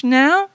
now